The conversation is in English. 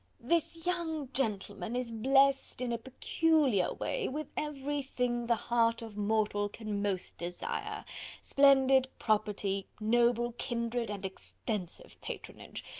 this young gentleman is blessed, in a peculiar way, with every thing the heart of mortal can most desire splendid property, noble kindred, and extensive patronage.